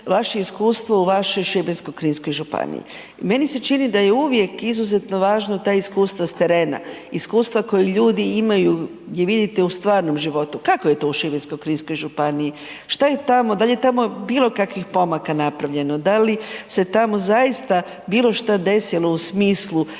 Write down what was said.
vaše iskustvo u vašoj Šibensko-kninskoj županiji. Meni se čini da je uvijek izuzetno važno ta iskustva s terena, iskustva koji ljudi imaju, gdje vidite u stvarnom životu. Kako je to u Šibensko-kninskoj županiji, šta je tamo, dal je tamo bilo kakvih pomaka napravljeno, da li se tamo zaista bilo šta desilo u smislu